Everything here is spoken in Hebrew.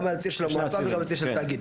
גם על הציר של המועצה וגם על הציר של תאגיד.